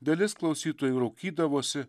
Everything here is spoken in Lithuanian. dalis klausytojų raukydavosi